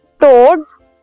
toads